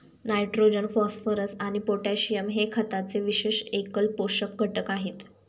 nitrogen, phosphorus आणि potassium हे खताचे विशेष एकल पोषक घटक आहेत